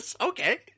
Okay